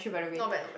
not bad not bad